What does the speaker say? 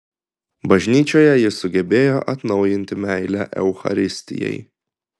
bažnyčioje jis sugebėjo atnaujinti meilę eucharistijai